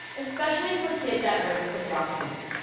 especially for kids at risk for dropping out.